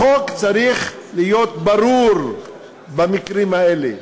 החוק צריך להיות ברור במקרים האלה.